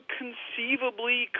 conceivably